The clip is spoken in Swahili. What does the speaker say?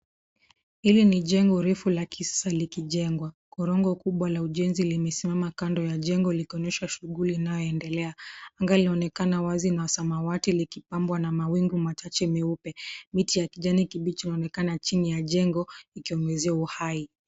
Hili ni jengo refu la kisasa likijengwa. Korongo kubwa la ujenzi limesimama kando ya jengo likionyesha shughuli inayoendelea. Anga linaonekana wazi masamawati likipambwa na mawingu machache meupe. Miti ya kijani kibichi yaonekana chini ya jengo likiongeza uai.